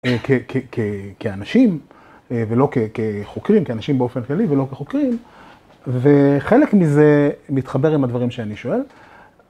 כן, כאנשים, ולא כחוקרים, כאנשים באופן כללי ולא כחוקרים וחלק מזה מתחבר עם הדברים שאני שואל.